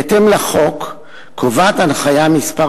בהתאם לחוק, קובעת הנחיה מס'